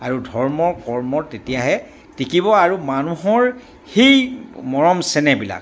আৰু ধৰ্মৰ কৰ্মৰ তেতিয়াহে টিকিব আৰু মানুহৰ সেই মৰম চেনেহবিলাক